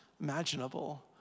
imaginable